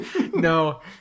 No